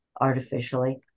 artificially